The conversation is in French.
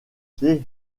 pied